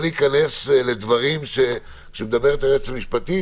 להיכנס לדברים שמדברת היועצת המשפטית,